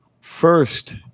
first